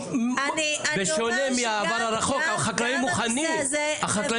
בשונה מהעבר הרחוק, היום החקלאים רוצים.